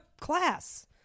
class